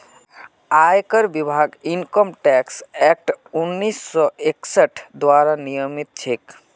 आयकर विभाग income tax act उन्नीस सौ इकसठ द्वारा नियमित छेक